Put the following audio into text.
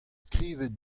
skrivet